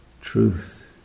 Truth